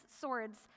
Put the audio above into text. swords